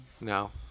no